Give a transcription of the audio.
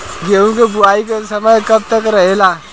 गेहूँ के बुवाई के समय कब तक रहेला?